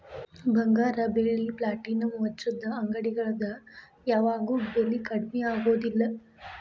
ಬಂಗಾರ ಬೆಳ್ಳಿ ಪ್ಲಾಟಿನಂ ವಜ್ರದ ಅಂಗಡಿಗಳದ್ ಯಾವಾಗೂ ಬೆಲಿ ಕಡ್ಮಿ ಆಗುದಿಲ್ಲ